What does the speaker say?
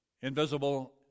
invisible